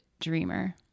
dreamer